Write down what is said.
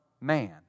man